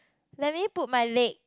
let me put my leg